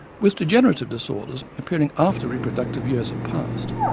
with degenerative disorders, appearing after reproductive years are past,